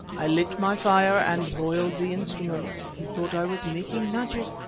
i lit my fire and boiled the instruments he thought i was making magic.